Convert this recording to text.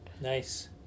Nice